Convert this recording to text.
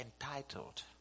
entitled